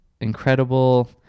incredible